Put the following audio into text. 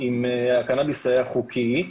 אם הקנביס היה חוקי,